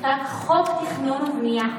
נחקק חוק התכנון והבנייה,